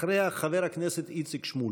אחריה, חבר הכנסת איציק שמולי.